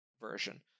version